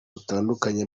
butandukanye